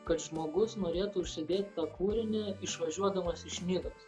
kad žmogus norėtų užsidėt tą kūrinį išvažiuodamas iš nidos